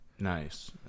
nice